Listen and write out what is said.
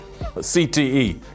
CTE